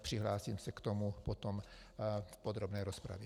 Přihlásím se k tomu potom v podrobné rozpravě.